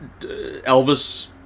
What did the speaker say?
Elvis